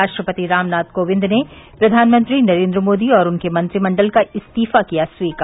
राष्ट्रपति रामनाथ कोविंद ने प्रधानमंत्री नरेंद्र मोदी और उनके मंत्रिमंडल का इस्तीफा किया स्वीकार